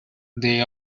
they